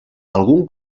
algun